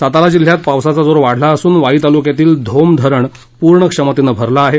सातारा जिल्ह्यात पावसाचा जोर वाढला असून वाई तालुक्यातील धोम धरण पूर्ण क्षमतेनं भरलं आहे